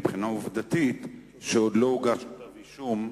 מבחינה עובדתית, שעוד לא הוגש כתב אישום,